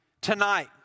tonight